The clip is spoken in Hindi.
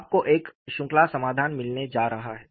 आपको एक श्रृंखला समाधान मिलने जा रहा है